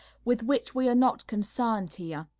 with which we are not concerned here.